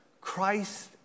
Christ